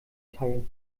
teil